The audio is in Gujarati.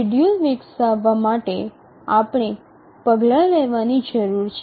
શેડ્યૂલ વિકસાવવા માટે આપણે પગલાં લેવાની જરૂર છે